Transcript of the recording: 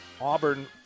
Auburn